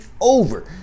over